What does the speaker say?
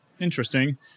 Interesting